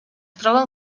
troben